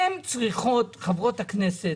חברות הכנסת